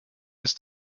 ist